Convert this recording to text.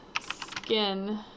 skin